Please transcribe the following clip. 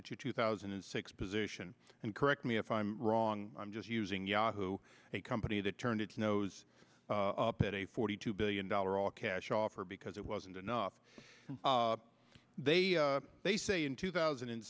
at your two thousand and six position and correct me if i'm wrong i'm just using yahoo a company that turned its nose up at a forty two billion dollar all cash offer because it wasn't enough they they say in two thousand and